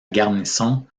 garnison